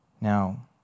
Now